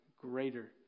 greater